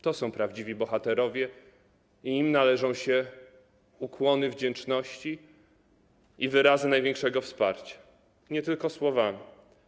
To są prawdziwi bohaterowie i im należą się ukłony wdzięczności i wyrazy największego wsparcia, nie tylko słowami.